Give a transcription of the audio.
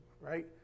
right